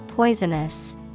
Poisonous